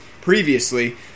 previously